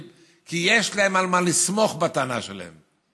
כי יש להם על מה לסמוך בטענה שלהם.